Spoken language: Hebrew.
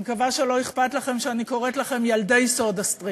אני מקווה שלא אכפת לכם שאני קוראת לכם "ילדי סודה-סטרים"